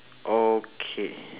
okay